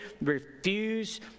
refuse